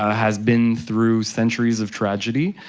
ah has been through centuries of tragedy.